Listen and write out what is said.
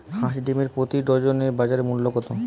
হাঁস ডিমের প্রতি ডজনে বাজার মূল্য কত?